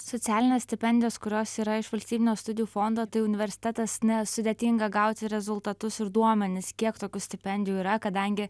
socialines stipendijas kurios yra iš valstybinio studijų fondo tai universitetas nesudėtinga gauti rezultatus ir duomenis kiek tokių stipendijų yra kadangi